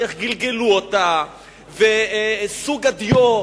איך גלגלו אותה ובסוג הדיו,